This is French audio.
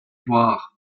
voir